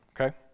Okay